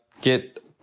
get